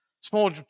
small